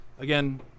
Again